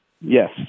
Yes